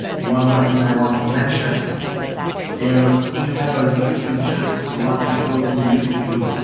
one more thing i want to mention there we have a youtube channel. so once you go to youtube,